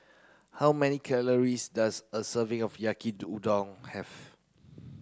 how many calories does a serving of Yaki udon have